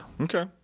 okay